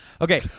Okay